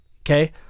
Okay